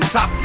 Top